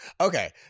okay